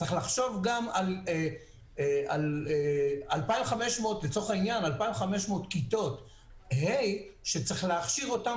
צריך לחשוב גם על 2,500 כיתות ה' שצריך להכשיר אותם